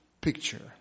picture